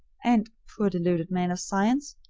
and, poor deluded man of science,